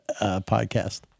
podcast